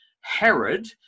Herod